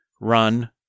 run